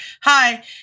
Hi